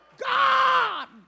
God